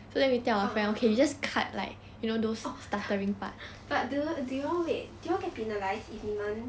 ah ah oh but do do y'all wait do y'all get penalised if 你们